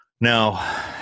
Now